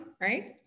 right